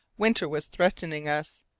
winter was threatening us.